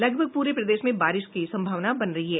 लगभग पूरे प्रदेश में बारिश की सम्भावना बन रही है